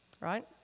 right